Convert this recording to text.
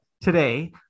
Today